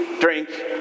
drink